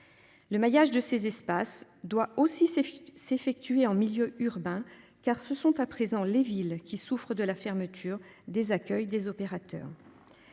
Le maillage de ces espaces doit aussi c'est s'effectuer en milieu urbain, car ce sont à présent les villes qui souffrent de la fermeture des accueille des opérateurs.